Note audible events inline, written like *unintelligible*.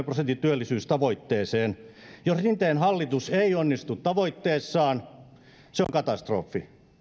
*unintelligible* prosentin työllisyystavoitteeseen jos rinteen hallitus ei onnistu tavoitteessaan se on katastrofi